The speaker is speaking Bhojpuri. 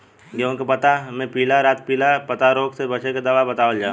गेहूँ के पता मे पिला रातपिला पतारोग से बचें के दवा बतावल जाव?